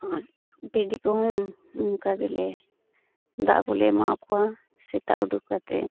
ᱟᱨ ᱵᱷᱤᱰᱤ ᱠᱚᱦᱚᱸ ᱚᱱᱠᱟ ᱜᱮᱞᱮ ᱫᱟᱜ ᱠᱚᱞᱮ ᱮᱢᱟᱣᱟᱠᱚᱣᱟ ᱥᱮᱛᱟᱜ ᱩᱰᱳᱠ ᱠᱟᱛᱮᱫ